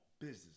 business